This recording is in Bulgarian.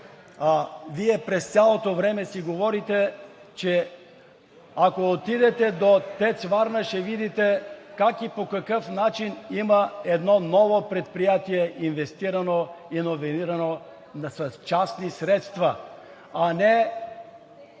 Вие през цялото време си говорите. Ако отидете до ТЕЦ „Варна“, ще видите как и по какъв начин има едно ново предприятие – инвестирано, иновирано, но с частни средства, а не